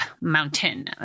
mountain